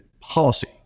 policy